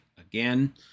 again